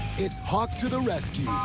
it's hauk to the rescue.